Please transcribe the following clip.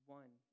one